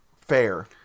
fair